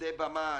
עובדי במה,